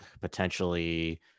potentially